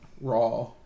Raw